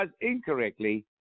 incorrectly